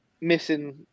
missing